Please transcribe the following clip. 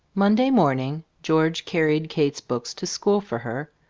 monday morning george carried kate's books to school for her,